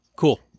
Cool